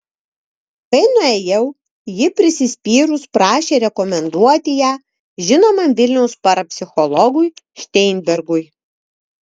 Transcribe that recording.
kai nuėjau ji prisispyrus prašė rekomenduoti ją žinomam vilniaus parapsichologui šteinbergui